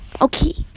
Okay